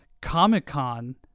Comic-Con